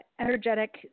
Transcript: energetic